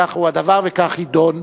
כך הוא הדבר וכך יידון.